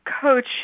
coach